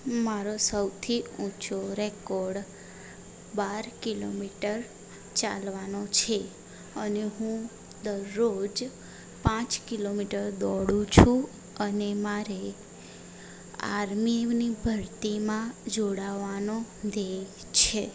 મારો સૌથી ઊંચો રેકોર્ડ બાર કિલોમીટર ચાલવાનો છે અને હું દરરોજ પાંચ કિલોમીટર દોડું છું અને મારે આર્મીની ભરતીમાં જોડાવાનો ધ્યેય છે